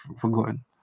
forgotten